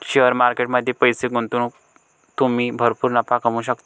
share market मध्ये पैसे गुंतवून तुम्ही भरपूर नफा कमवू शकता